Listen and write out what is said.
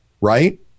Right